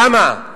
למה?